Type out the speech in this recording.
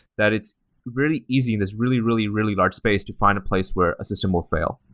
that it's really easy in this really, really, really large space to find a place where a system will fail.